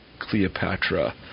Cleopatra